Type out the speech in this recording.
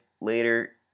later